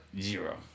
Zero